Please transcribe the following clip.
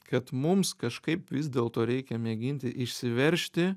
kad mums kažkaip vis dėlto reikia mėginti išsiveržti